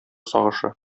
сагышы